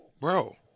Bro